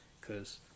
Cause